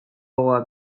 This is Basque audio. gogoa